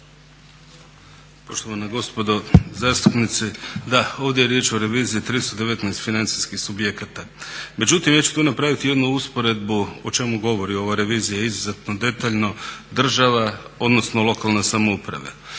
Poštovana gospodo zastupnici, da, ovdje je riječ o reviziji 319 financijskih subjekata. Međutim, ja ću tu napraviti jednu usporedbu o čemu govori ova revizija izuzetno detaljno, država, odnosno lokalna samouprava.